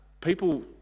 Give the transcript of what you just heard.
people